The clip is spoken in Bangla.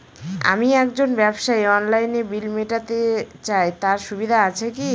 আমি একজন ব্যবসায়ী অনলাইনে বিল মিটাতে চাই তার সুবিধা আছে কি?